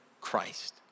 Christ